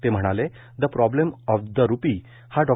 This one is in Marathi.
ते म्हणाले the problem of the rupee हा डॉ